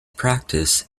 practice